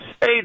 Hey